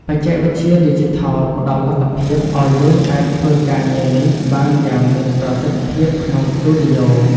បច្ចេកវិទ្យាឌីជីថលផ្ដល់លទ្ធភាពឱ្យយើងអាចធ្វើការងារនេះបានយ៉ាងមានប្រសិទ្ធភាពក្នុងស្ទូឌីយោ។